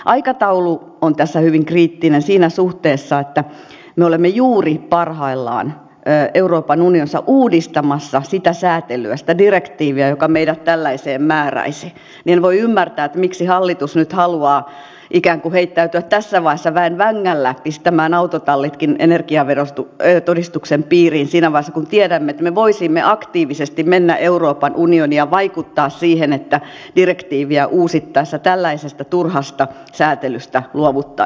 aikataulu on tässä hyvin kriittinen siinä suhteessa että me olemme juuri parhaillaan euroopan unionissa uudistamassa sitä säätelyä sitä direktiiviä joka meidät tällaiseen määräisi ja en voi ymmärtää miksi hallitus nyt haluaa ikään kuin heittäytyä tässä vaiheessa väen vängällä pistämään autotallitkin energiatodistuksen piiriin siinä vaiheessa kun tiedämme että me voisimme aktiivisesti mennä euroopan unioniin ja vaikuttaa siihen että direktiiviä uusittaessa tällaisesta turhasta säätelystä luovuttaisiin